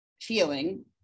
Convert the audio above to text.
feeling